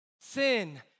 Sin